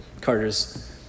Carter's